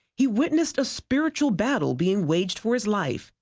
he witnessed a spiritual battle being waged for his life.